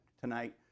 Tonight